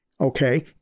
Okay